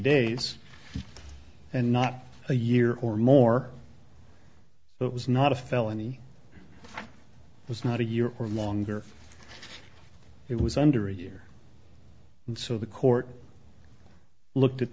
days and not a year or more it was not a felony it was not a year or longer it was under a year and so the court looked at